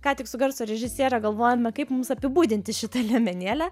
ką tik su garso režisiere galvojome kaip mums apibūdinti šitą liemenėlę